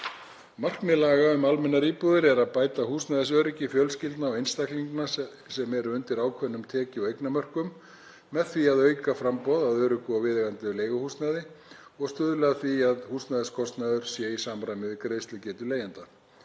Markmið laga um almennar íbúðir er að bæta húsnæðisöryggi fjölskyldna og einstaklinga sem eru undir ákveðnum tekju- og eignamörkum með því að auka framboð á öruggu og viðeigandi leiguhúsnæði og stuðla að því að húsnæðiskostnaður sé í samræmi við greiðslugetu leigjenda.